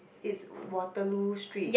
it's Waterloo street